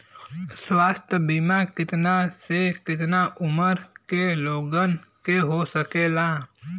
स्वास्थ्य बीमा कितना से कितना उमर के लोगन के हो सकेला?